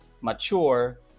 mature